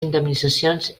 indemnitzacions